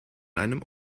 einem